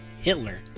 Hitler